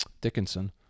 Dickinson